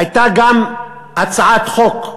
הייתה גם הצעת חוק,